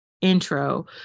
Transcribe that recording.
intro